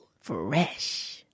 fresh